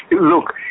Look